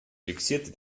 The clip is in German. fixierte